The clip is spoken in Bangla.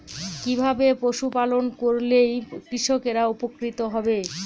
কিভাবে পশু পালন করলেই কৃষকরা উপকৃত হবে?